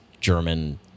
German